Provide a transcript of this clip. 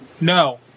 no